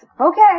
Okay